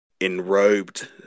enrobed